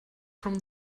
from